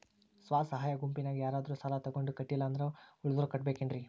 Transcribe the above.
ಸ್ವ ಸಹಾಯ ಗುಂಪಿನ್ಯಾಗ ಯಾರಾದ್ರೂ ಸಾಲ ತಗೊಂಡು ಕಟ್ಟಿಲ್ಲ ಅಂದ್ರ ಉಳದೋರ್ ಕಟ್ಟಬೇಕೇನ್ರಿ?